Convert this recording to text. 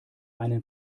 einen